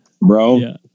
Bro